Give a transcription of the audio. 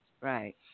Right